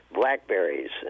blackberries